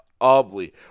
Ugly